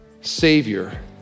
savior